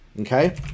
okay